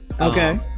okay